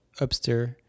upstairs